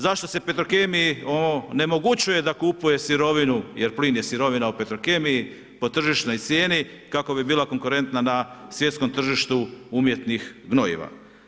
Zašto se petrokemija ne omogućuje da kupuje sirovinu, jer plin je sirovina o petrokemiji po tržišnoj cijena kako bi bila konkurentna na svjetskom tržištu umjetnih gnojiva.